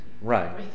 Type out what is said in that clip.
Right